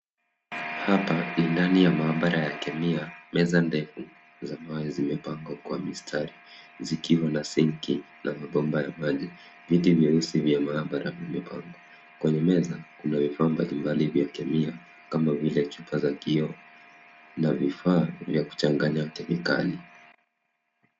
Hapa ni ndani ya maabara ya kemia. Meza ndefu za mawe zimepangwa kwa mistari, zikiwa na singi na mabomba ya maji. Viti vyeusi vya maabara vimepangwa. Kwenye meza, kuna vifaa mbali mbali vya kemia, kama vile, chupa za kioo na vifaa vya kuchanganya kemikali.